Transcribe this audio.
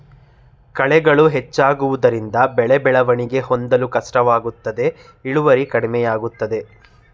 ಕಳೆಗಳು ಹೆಚ್ಚಾಗುವುದರಿಂದ ಬೆಳೆ ಬೆಳವಣಿಗೆ ಹೊಂದಲು ಕಷ್ಟವಾಗುತ್ತದೆ ಇಳುವರಿ ಕಡಿಮೆಯಾಗುತ್ತದೆ